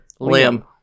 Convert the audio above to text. Liam